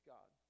God